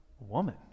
woman